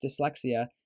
dyslexia